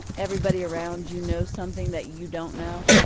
everybody around you knows something that you don't know?